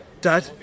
dad